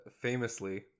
famously